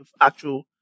actual